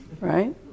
right